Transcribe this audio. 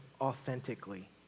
authentically